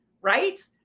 right